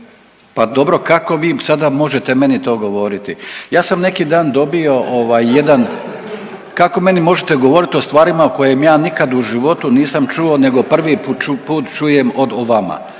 Pa dobro kako vi sada možete meni to govoriti? Ja sam neki dan dobio jedan, kako meni možete govoriti o stvarima o kojem ja nikad u životu nisam čuo nego prvi put čujem o vama?